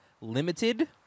limited